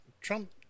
Trump